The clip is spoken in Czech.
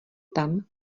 tam